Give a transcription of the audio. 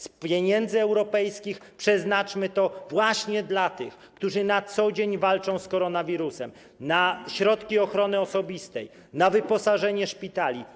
Z pieniędzy europejskich przeznaczmy to właśnie dla tych, którzy na co dzień walczą z koronawirusem, na środki ochrony osobistej, na wyposażenie szpitali.